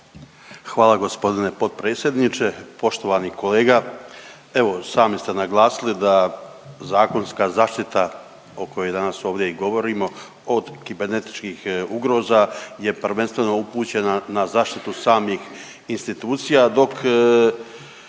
Hvala g. potpredsjedniče. Poštovani kolega, evo sami ste naglasili da zakonska zaštita o kojoj danas ovdje i govorimo od kibernetičkih ugroza je prvenstveno upućena na zaštitu samih institucija dok